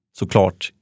såklart